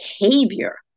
behavior